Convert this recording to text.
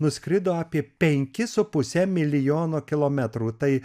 nuskrido apie penkis su puse milijono kilometrų tai